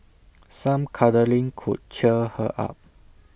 some cuddling could cheer her up